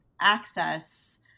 access